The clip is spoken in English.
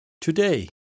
today